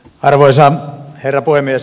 arvoisa herra puhemies